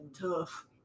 tough